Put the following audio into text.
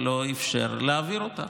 ולא אפשר להעביר אותה.